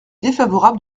défavorable